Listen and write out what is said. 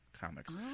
comics